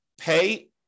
pay